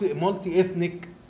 multi-ethnic